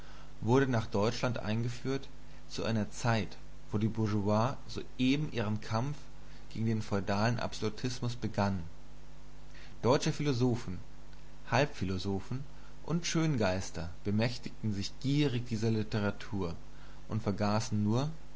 wurde nach deutschland eingeführt zu einer zeit wo die bourgeoisie soeben ihren kampf gegen den feudalen absolutismus begann deutsche philosophen halbphilosophen und schöngeister bemächtigten sich gierig dieser literatur und vergaßen nur